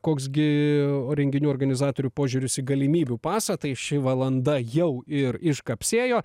koks gi renginių organizatorių požiūris į galimybių pasą tai ši valanda jau ir iškapsėjo